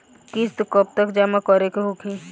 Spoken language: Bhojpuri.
किस्त कब तक जमा करें के होखी?